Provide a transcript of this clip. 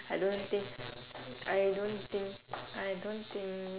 I don't think I don't think I don't think